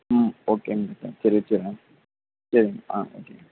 ம் ஓகேங்க டாக்டர் சரி வச்சுர்றேன் சரிங்க ஆ ஓகே